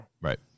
Right